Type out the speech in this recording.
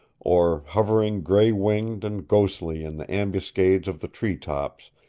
or hovering gray-winged and ghostly in the ambuscades of the treetops,